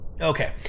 Okay